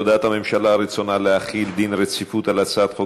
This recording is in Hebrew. להודעת הממשלה על רצונה להחיל דין רציפות על הצעת חוק